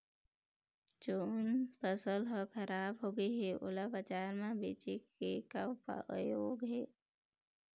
जोन फसल हर खराब हो गे हे, ओला बाजार म बेचे के का ऊपाय हे?